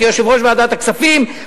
כיושב-ראש ועדת הכספים,